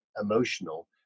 emotional